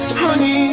honey